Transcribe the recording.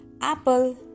apple